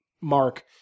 mark